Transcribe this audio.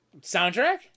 Soundtrack